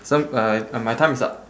I uh ah my time is up